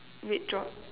red dot